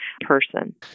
person